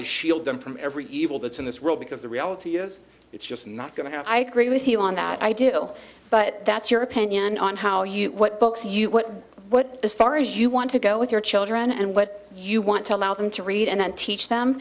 to shield them from every evil that's in this world because the reality is it's just not going to have i agree with you on that ideal but that's your opinion on how you what books you what what as far as you want to go with your children and what you want to allow them to read and then teach them